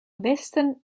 westen